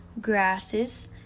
grasses